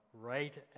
right